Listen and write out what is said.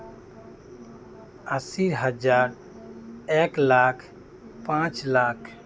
ᱟᱥᱤ ᱦᱟᱡᱟᱨ ᱮᱠ ᱞᱟᱠᱷ ᱯᱟᱸᱪ ᱞᱟᱠᱷ